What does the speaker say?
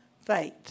Faith